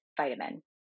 vitamin